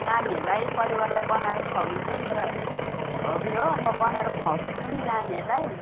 नानीहरूलाई परिवारलाई बनाएर खुवाउनु चाहिँ मेरो हबी हो म बनाएर खुवाउँछु पनि नानीहरूलाई